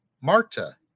Marta